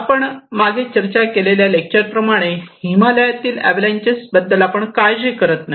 आपण मागे चर्चा केलेल्या लेक्चर प्रमाणे हिमालयातील अवलांचेस बद्दल आपण काळजी करत नाही